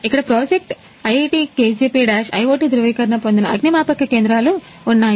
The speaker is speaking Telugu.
ఇక్కడ ప్రాజెక్ట్ iitkgp iot ధ్రువీకరణ పొందిన అగ్నిమాపక కేంద్రాలు ఉన్నాయి